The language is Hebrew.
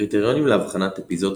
הקריטריונים לאבחנת אפיזודה